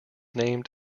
named